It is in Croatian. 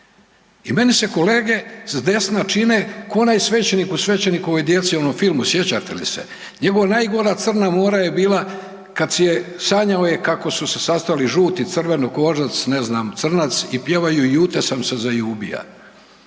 I meni se kolege s desna čine ko onaj svećenik u Svećenikovoj djeci onom filmu, sjećate li se, njegova najgora crna mora je bila kad si je, sanjao je kako su se sastali žuti, crvenokožac ne znam crnac i pjevaju „ju te sam se zajubija“,